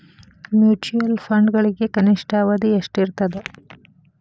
mutual ಫಂಡ್ಗಳಿಗೆ ಕನಿಷ್ಠ ಅವಧಿ ಎಷ್ಟಿರತದ